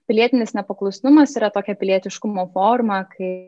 pilietinis nepaklusnumas yra tokia pilietiškumo forma kai